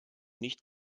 nicht